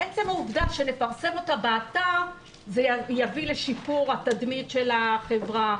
עצם העובדה שנפרסם אותה באתר זה יביא לשיפור התדמית של החברה,